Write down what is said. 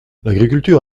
l’agriculture